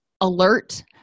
alert